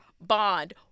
bond